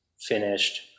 finished